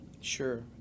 sure